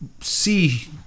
see